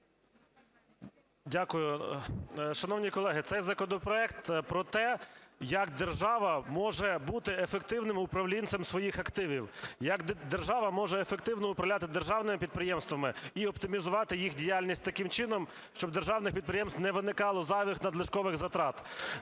Дякую. Шановні колеги, цей законопроект про те, як держава може бути ефективним управлінцем своїх активів, як держава може ефективно управляти державними підприємствами і оптимізувати їх діяльність таким чином, щоб у державних підприємств не виникало зайвих надлишкових затрат.